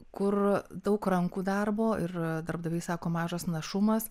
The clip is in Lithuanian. kur daug rankų darbo ir darbdaviai sako mažas našumas